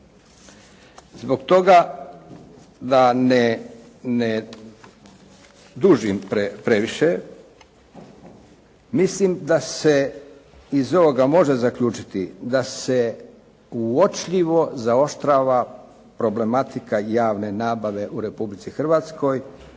Zbog toga da ne dužim previše mislim da se iz ovoga može zaključiti da se uočljivo zaoštrava problematika javne nabave u Republici Hrvatskoj